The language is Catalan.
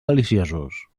deliciosos